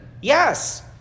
Yes